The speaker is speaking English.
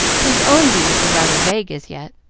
whose own views were rather vague as yet.